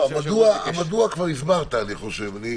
מדוע כבר הסברת, אני חושב.